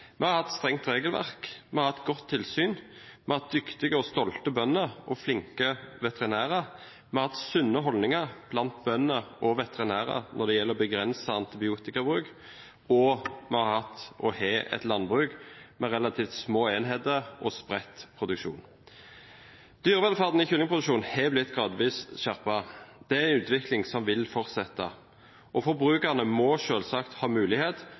Vi har hatt et strengt regelverk, vi har hatt et godt tilsyn, vi har hatt dyktige og stolte bønder og flinke veterinærer, vi har hatt sunne holdninger blant bønder og veterinærer når det gjelder å begrense antibiotikabruken, og vi har hatt – og har – et landbruk med relativt små enheter og spredt produksjon. Dyrevelferden i kyllingproduksjonen er blitt gradvis skjerpet. Det er en utvikling som vil fortsette, og forbrukerne må selvsagt ha mulighet